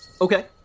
Okay